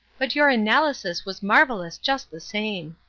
but your analysis was marvellous just the same.